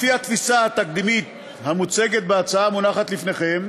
לפי התפיסה התקדימית המוצגת בהצעה המונחת לפניכם,